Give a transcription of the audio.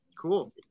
Cool